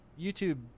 YouTube